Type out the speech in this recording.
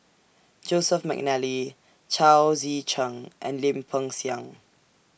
Joseph Mcnally Chao Tzee Cheng and Lim Peng Siang